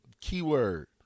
Keyword